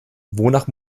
wonach